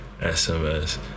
SMS